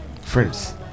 Friends